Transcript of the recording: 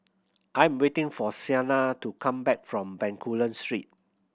I'm waiting for Siena to come back from Bencoolen Street